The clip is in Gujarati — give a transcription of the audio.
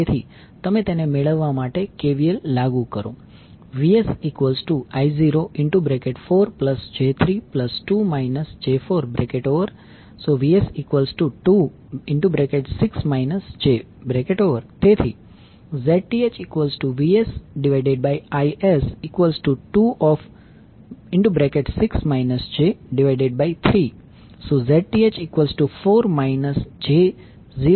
તેથી તમે તેને મેળવવા માટે KVL લાગુ કરો VsI04j32 j426 j તેથી ZThVsIs26 j34 j0